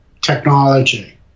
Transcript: technology